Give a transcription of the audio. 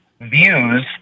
views